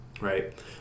right